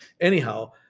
Anyhow